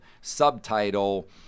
subtitle